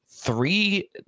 Three